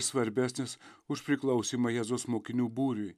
svarbesnis už priklausymą jėzaus mokinių būriui